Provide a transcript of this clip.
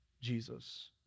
Jesus